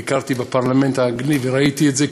ביקרתי בפרלמנט האנגלי וראיתי את זה,